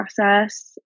process